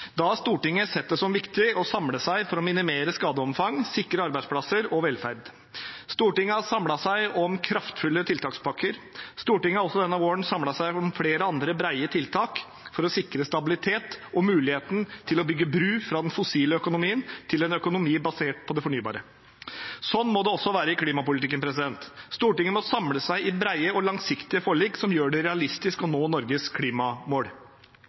Da har Stortinget sett det som viktig å samle seg for å minimere skadeomfanget og sikre arbeidsplasser og velferd. Stortinget har samlet seg om kraftfulle tiltakspakker. Stortinget har denne våren også samlet seg om flere andre brede tiltak for å sikre stabilitet og muligheten til å bygge bro fra den fossile økonomien til en økonomi basert på det fornybare. Sånn må det også være i klimapolitikken. Stortinget må samle seg i brede og langsiktige forlik som gjør det realistisk å nå Norges klimamål.